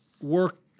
work